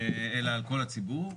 אלא על כל הציבור.